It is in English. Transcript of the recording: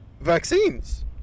vaccines